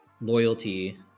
loyalty